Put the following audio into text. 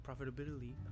profitability